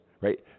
right